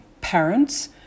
parents